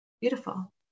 Beautiful